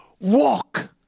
walk